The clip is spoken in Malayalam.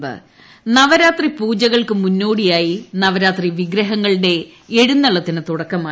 ടടട നവരാത്രി നവരാത്രിപൂജകൾക്ക് മുന്നോടിയായി നവരാത്രിവിഗ്രഹങ്ങളുടെ എഴുന്നള്ളത്തിന് തുടക്കമായി